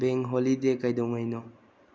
bank holiday ꯀꯩꯗꯧꯉꯩꯅꯣ